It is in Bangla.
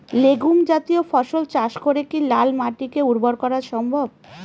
লেগুম জাতীয় ফসল চাষ করে কি লাল মাটিকে উর্বর করা সম্ভব?